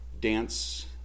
dance